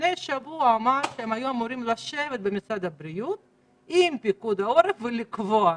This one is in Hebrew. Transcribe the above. לפני שבוע היו אמורים לשבת במשרד הבריאות עם פיקוד העורף ולקבוע.